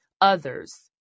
others